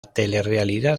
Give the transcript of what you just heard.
telerrealidad